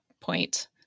point